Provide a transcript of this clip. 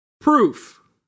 proof